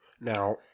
Now